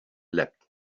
leapt